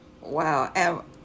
Wow